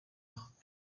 jabana